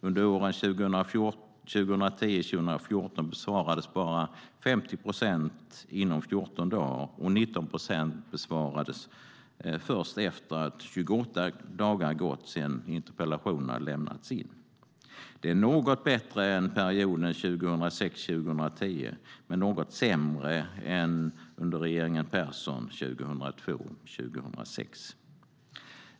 Under åren 2010-2014 besvarades bara 50 procent inom 14 dagar, och 19 procent besvarades först efter att 28 dagar gått sedan interpellationerna lämnats in. Det är något bättre än perioden 2006-2010 men något sämre än under regeringen Persson 2002-2006.